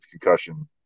concussion